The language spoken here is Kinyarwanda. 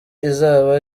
izaba